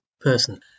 person